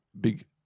big